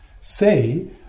say